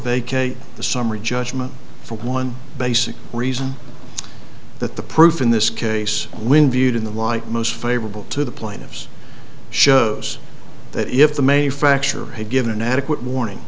the summary judgment for one basic reason that the proof in this case when viewed in the light most favorable to the plaintiffs shows that if the may fracture had given adequate warning